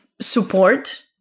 support